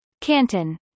Canton